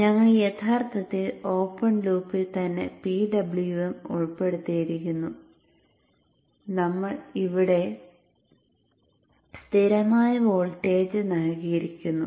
ഞങ്ങൾ യഥാർത്ഥത്തിൽ ഓപ്പൺ ലൂപ്പിൽ തന്നെ PWM ഉൾപ്പെടുത്തിയിരുന്നു നമ്മൾ ഇവിടെ സ്ഥിരമായ വോൾട്ടേജ് നൽകിയിരുന്നു